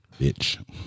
Bitch